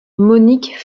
monique